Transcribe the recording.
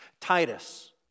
Titus